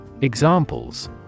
Examples